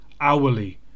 hourly